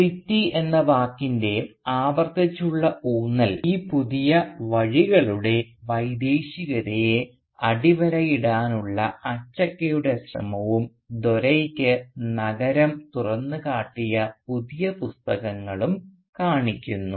city എന്ന വാക്കിൻറെ ആവർത്തിച്ചുള്ള ഊന്നൽ ഈ പുതിയ വഴികളുടെ വൈദേശികതയെ അടിവരയിടാനുള്ള അച്ചക്കയുടെ ശ്രമവും ദോരൈയ്ക്ക് നഗരo തുറന്നുകാട്ടിയ പുതിയ പുസ്തകങ്ങളും കാണിക്കുന്നു